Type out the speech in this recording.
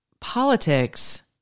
politics